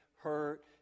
hurt